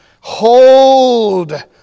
Hold